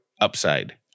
upside